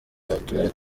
byatumye